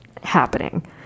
happening